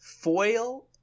foil